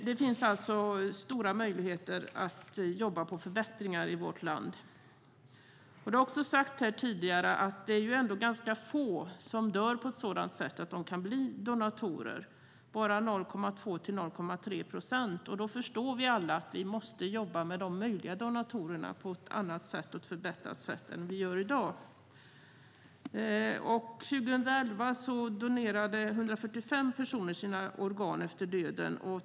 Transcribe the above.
Det finns alltså stora möjligheter att jobba på förbättringar i vårt land. Det har också sagts här tidigare att det ändå är ganska få som dör på ett sådant sätt att de kan bli donatorer, bara 0,2 till 0,3 procent. Då förstår vi alla att vi måste jobba med de möjliga donatorerna på ett annat och förbättrat sätt än vi gör i dag. År 2011 donerade 145 personer sina organ efter döden.